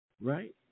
right